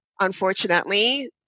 unfortunately